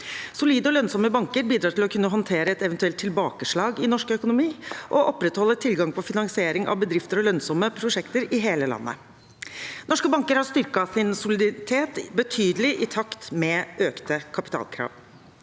Solide og lønnsomme banker bidrar til å kunne håndtere et eventuelt tilbakeslag i norsk økonomi og opprettholde tilgang på finansiering av bedrifter og lønnsomme prosjekter i hele landet. Norske banker har styrket sin soliditet betydelig i takt med økte kapitalkrav.